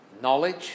knowledge